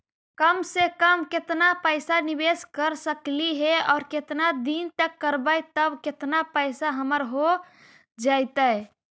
कम से कम केतना पैसा निबेस कर सकली हे और केतना दिन तक करबै तब केतना पैसा हमर हो जइतै?